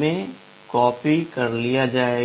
में कॉपी कर लिया जाता है